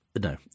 No